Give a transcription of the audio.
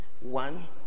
one